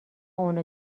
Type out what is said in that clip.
اونو